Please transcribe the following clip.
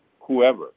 whoever